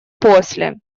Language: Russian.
после